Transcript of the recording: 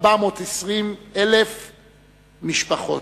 420,000 משפחות.